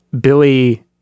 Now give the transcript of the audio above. Billy